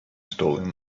stolen